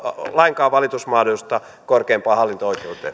lainkaan valitusmahdollisuutta korkeimpaan hallinto oikeuteen